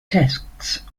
texts